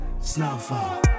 snowfall